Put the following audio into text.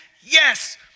yes